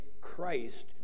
Christ